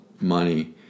money